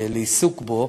לעסוק בו.